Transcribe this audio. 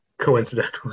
coincidentally